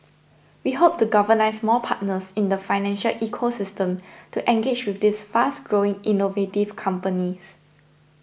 we hope to galvanise more partners in the financial ecosystem to engage with these fast growing innovative companies